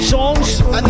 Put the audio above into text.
songs